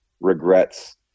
regrets